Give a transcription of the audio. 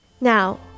Now